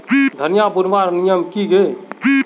धनिया बूनवार नियम की गे?